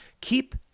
keep